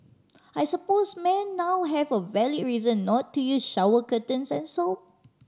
I suppose men now have a valid reason not to use shower curtains and soap